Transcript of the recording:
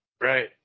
Right